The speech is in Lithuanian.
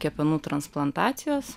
kepenų transplantacijos